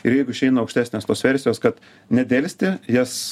ir jeigu išeina aukštesnės tos versijos kad nedelsti jas